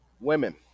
Women